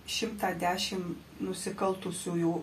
šimtą dešim nusikaltusiųjų